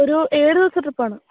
ഒരു ഏഴു ദിവസത്തെ ട്രിപ്പാണ്